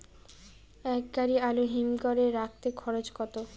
এক গাড়ি আলু হিমঘরে রাখতে খরচ কত?